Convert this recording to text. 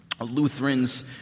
Lutherans